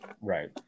right